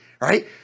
right